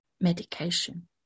medication